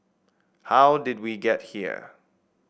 how did we get here